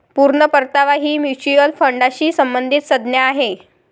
पूर्ण परतावा ही म्युच्युअल फंडाशी संबंधित संज्ञा आहे